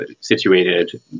situated